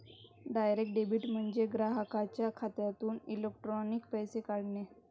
direct debit म्हणजे ग्राहकाच्या खात्यातून इलेक्ट्रॉनिक पैसे काढणे